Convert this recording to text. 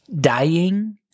dying